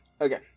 okay